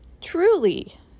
truly